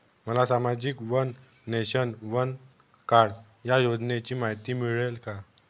मला सामाजिक one nation, one card या योजनेची माहिती मिळेल का?